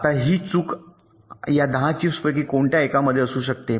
आता ही चूक या 10 चिप्सपैकी कोणत्याही एकामध्ये असू शकते